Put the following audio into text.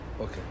Okay